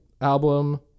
album